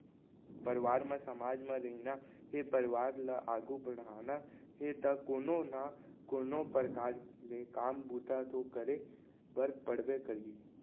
परवार म समाज म रहिना हे परवार ल आघू बड़हाना हे ता कोनो ना कोनो परकार ले काम बूता तो करे बर पड़बे करही